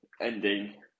ending